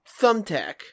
thumbtack